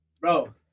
Bro